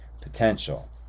potential